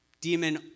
demon